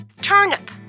Turnip